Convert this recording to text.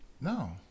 No